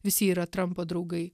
visi jie yra trampo draugai